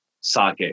sake